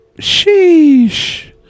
Sheesh